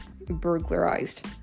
burglarized